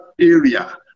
area